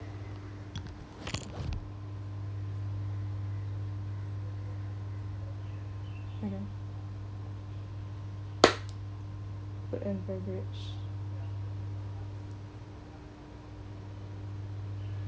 food and beverage